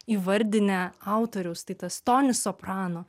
įvardinę autoriaus tai tas tonis soprano